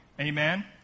Amen